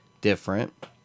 different